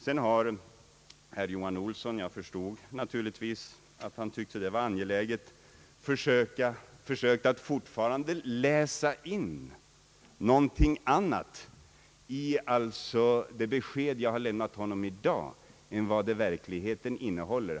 Vidare har herr Johan Olsson — jag förstod naturligtvis att han tyckte att det var angeläget — försökt att i det besked som jag lämnat läsa in något annat än vad det verkligen innehåller.